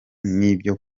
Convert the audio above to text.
n’ibyo